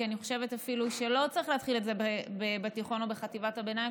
כי אני חושבת אפילו שלא צריך להתחיל את זה בתיכון או בחטיבת הביניים,